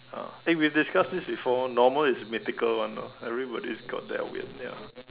uh eh we discuss this before normal is mythical [one] you know everybody has got their win ya